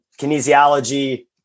kinesiology